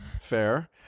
Fair